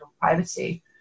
privacy